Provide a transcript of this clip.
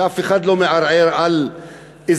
שאף אחד לא מערער על אזרחותם,